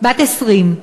בת 20,